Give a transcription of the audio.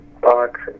box